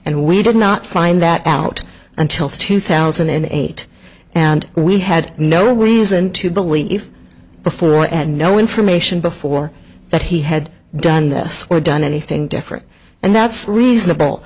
and we did not find that out until two thousand and eight and we had no reason to believe before and no information before that he had done this or done anything different and that's reasonable